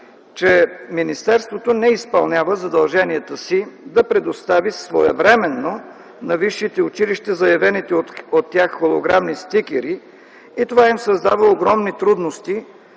че министерството не изпълнява задължението си да предостави своевременно на висшите училища заявените от тях холограмни стикери и това им създава огромни трудности,